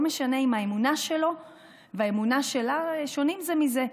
לא משנה אם האמונה שלו והאמונה שלה שונות זו מזו.